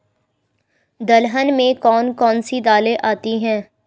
दलहन में कौन कौन सी दालें आती हैं?